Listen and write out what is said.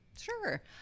Sure